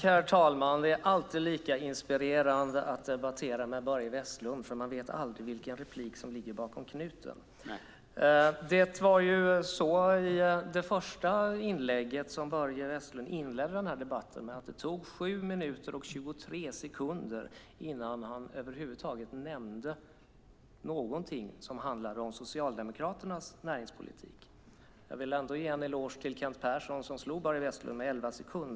Herr talman! Det är alltid lika inspirerande att debattera med Börje Vestlund för man vet aldrig vilken replik som ligger bakom knuten. I Börje Vestlunds första anförande, som inledde debatten, tog det 7 minuter och 23 sekunder innan han över huvud taget nämnde något som handlade om Socialdemokraternas näringspolitik. Jag vill ge en eloge till Kent Persson som slog Börje Vestlund med 11 sekunder.